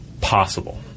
possible